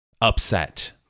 upset